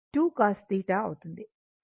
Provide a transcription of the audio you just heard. అవుతుంది